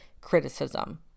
criticism